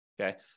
okay